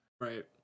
right